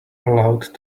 allowed